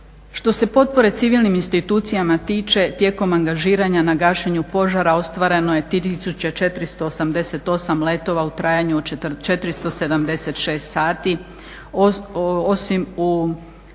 Što se potpore civilnim institucijama tiče tijekom angažiranja na gašenju požara ostvareno je 3488 letova u trajanju od 476 sati. Osim u